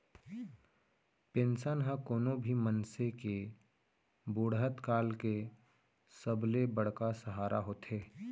pension ह कोनो भी मनसे के बुड़हत काल के सबले बड़का सहारा होथे